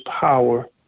power